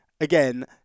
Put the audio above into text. again